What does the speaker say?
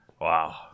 Wow